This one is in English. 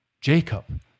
Jacob